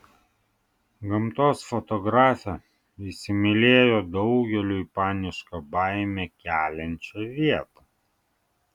gamtos fotografė įsimylėjo daugeliui panišką baimę keliančią vietą